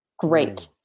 Great